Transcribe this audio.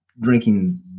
drinking